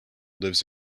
lives